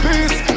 Peace